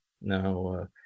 Now